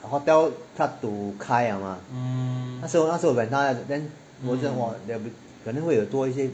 the hotel start to 开 liao mah 那时候那时候 when 她 then 我就讲 there will be 肯定会有多一些